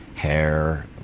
hair